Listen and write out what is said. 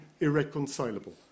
irreconcilable